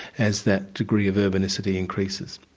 as that degree of urbanicity increases.